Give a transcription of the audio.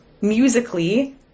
musically